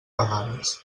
vegades